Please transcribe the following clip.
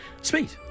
speed